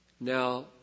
Now